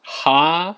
!huh!